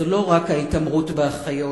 זו לא רק ההתעמרות באחיות,